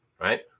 right